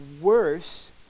worse